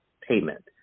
payment